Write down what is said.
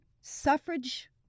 suffrage